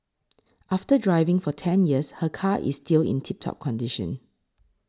after driving for ten years her car is still in tip top condition